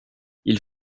ils